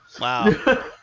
Wow